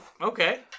Okay